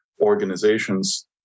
organizations